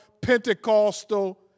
Pentecostal